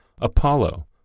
Apollo